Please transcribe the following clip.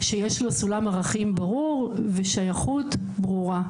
שיש לו סולם ערכים ברור ושייכות ברורה.